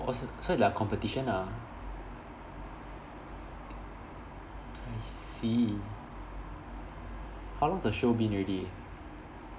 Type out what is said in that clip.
s~ so it's like a competition ah I see how long has the show been already